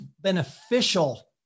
beneficial